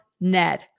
Ned